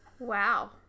Wow